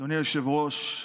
אדוני היושב-ראש,